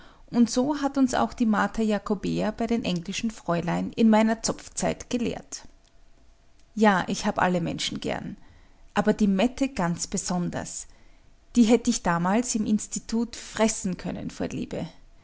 und so hat uns auch die mater jakobea bei den englischen fräulein in meiner zopfzeit gelehrt ja ich hab alle menschen gern aber die mette ganz besonders die hätt ich damals im institut fressen können vor liebe